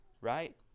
right